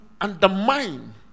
undermine